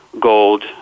gold